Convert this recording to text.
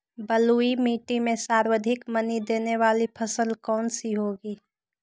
बलुई मिट्टी में सर्वाधिक मनी देने वाली फसल कौन सी होंगी?